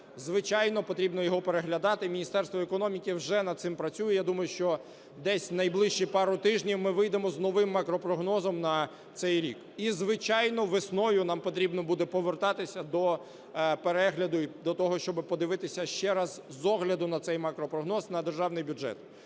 звичайно! – потрібно його переглядати, Міністерство економіки вже над цим працює. Я думаю, що десь найближчі пару тижнів ми вийдемо з новим макропрогнозом на цей рік. І, звичайно, весною нам потрібно буде повертатися до перегляду і до того, щоби подивитися ще раз з огляду на цей макропрогноз на державний бюджет.